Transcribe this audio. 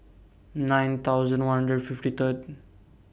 nine thousand one hundred fifty Third